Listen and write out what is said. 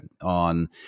on